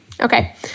Okay